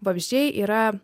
vabzdžiai yra